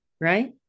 right